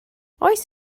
oes